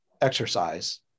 exercise